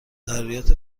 ضروریات